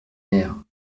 mère